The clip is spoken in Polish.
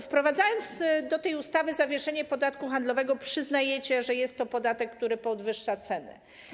Wprowadzając do tej ustawy zawieszenie podatku handlowego, przyznajecie, że jest to podatek, który podwyższa cenę.